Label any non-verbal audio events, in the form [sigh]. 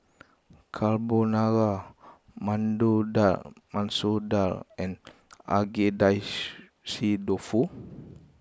Carbonara [unintelligible] Dal Masoor Dal and Agedashi Dofu